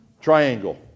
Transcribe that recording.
Triangle